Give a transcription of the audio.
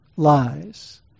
lies